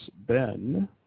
Ben